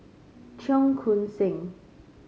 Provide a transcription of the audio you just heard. Cheong Koon Seng